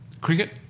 cricket